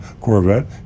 Corvette